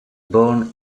born